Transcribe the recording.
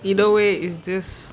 either way is this